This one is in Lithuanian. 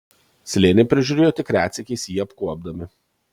slėnį prižiūrėjo tik retsykiais jį apkuopdami